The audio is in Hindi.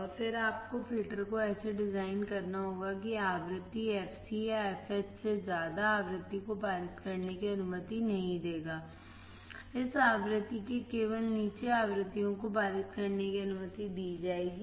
और फिर आपको फ़िल्टर को ऐसे डिज़ाइन करना होगा कि आवृत्ति fc या fh से ज्यादा आवृत्ति को पारित करने की अनुमति नहीं देगा इस आवृत्ति के केवल नीचे आवृत्तियों को पारित करने की अनुमति दी जाएगी